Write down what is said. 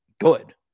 good